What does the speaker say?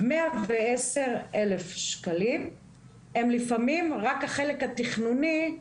110,000 שקלים הם לפעמים רק החלק התכנוני,